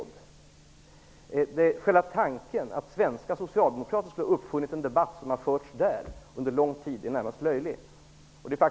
Det är en närmast löjlig tanke att svenska socialdemokrater skulle ha uppfunnit denna debatt, som har förts där under lång tid.